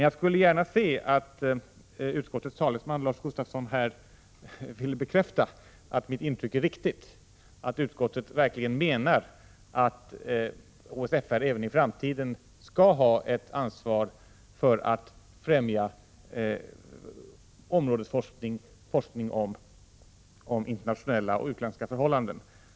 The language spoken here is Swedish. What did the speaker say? Jag skulle ändå gärna vilja att utskottets talesman Lars Gustafsson bekräftar att mitt intryck är riktigt, dvs. att utskottet verkligen menar att HSFR även i framtiden skall ha ett ansvar för att främja områdesforskning, dvs. forskning om internationella och utländska förhållanden.